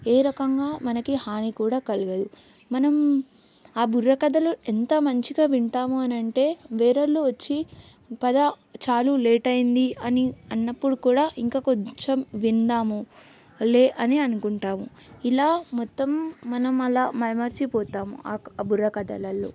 ఏ రకంగా మనకి హాని కూడా కలగదు మనం ఆ బుర్రకథలు ఎంత మంచిగా వింటాము అనంటే వేరే వాళ్ళు వచ్చి పదా చాలు లేట్ అయింది అని అన్నప్పుడు కూడా ఇంకా కొంచెం విందాములే అని అనుకుంటాము ఇలా మొత్తం మనం అలా మైమరచిపోతాము ఆ క ఆ బుర్రకథలల్లో